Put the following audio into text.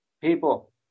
People